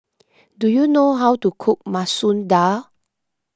do you know how to cook Masoor Dal